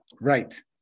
right